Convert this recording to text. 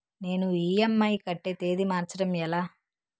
నేను ఇ.ఎం.ఐ కట్టే తేదీ మార్చడం ఎలా?